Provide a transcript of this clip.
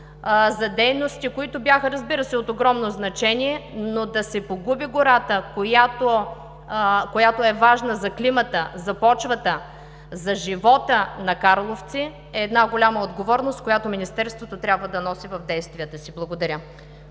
за дейности, които бяха, разбира се, от огромно значение, но да се погуби гората, която е важна за климата, за почвата, за живота на карловци, е голяма отговорност, която Министерството трябва да носи в действията си. Благодаря.